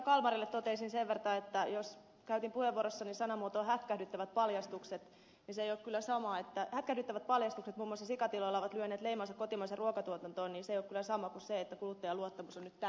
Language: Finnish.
kalmarille toteaisin sen verran että jos käytin puheenvuorossani sanamuotoa hätkähdyttävät paljastukset kun sanoin että hätkähdyttävät paljastukset muun muassa sikatiloilla ovat lyöneet leimansa kotimaiseen ruokatuotantoon niin se ei ole kyllä sama kuin se että kuluttajan luottamus on nyt täysin mennyt